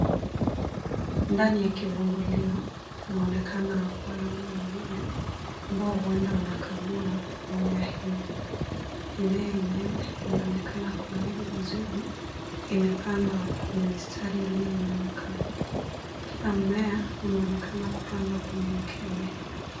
Ndani ya kivungulio panaonekana wanaume wawili ambao huenda wanakagua mimea hii. Mimea yenyewe inaonekana kunawiri vizuri. Imepandwa kwenye mistari iliyonyooka. Kila mmea unaonekana kupandwa kwenye mkebe.